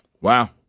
Wow